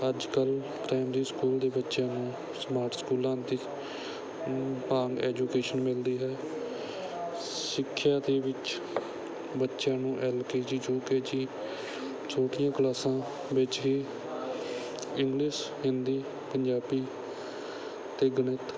ਅੱਜ ਕੱਲ੍ਹ primary school ਦੇ ਬੱਚਿਆਂ ਨੂੰ ਸਮਾਰਟ ਸਕੂਲਾਂ ਦੇ ਵਾਂਗ ਐਜੂਕੇਸ਼ਨ ਮਿਲਦੀ ਹੈ ਸਿੱਖਿਆ ਦੇ ਵਿੱਚ ਬੱਚਿਆਂ ਨੂੰ L K G U K G ਛੋਟੀਆਂ ਕਲਾਸਾਂ ਵਿੱਚ ਹੀ ਇੰਗਲਿਸ਼ ਹਿੰਦੀ ਪੰਜਾਬੀ ਅਤੇ ਗਣਿਤ